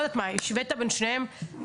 השווית בין שניהם?